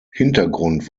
hintergrund